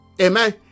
amen